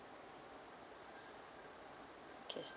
okay